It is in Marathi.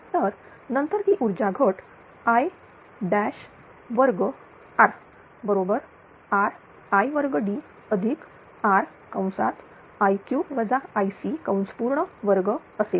तर नंतर ती ऊर्जा घट rI2 बरोबर ri2dr2 असेल